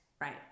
right